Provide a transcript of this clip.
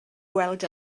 gweld